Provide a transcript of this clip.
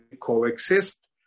coexist